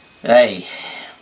Hey